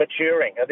maturing